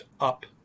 up